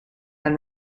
been